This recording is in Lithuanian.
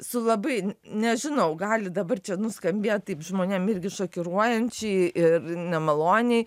su labai nežinau gali dabar čia nuskambėt taip žmonėm irgi šokiruojančiai ir nemaloniai